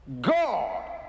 God